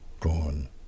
gone